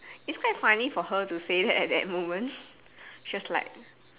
it's quite funny for her to say that at that moment she was like